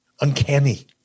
Uncanny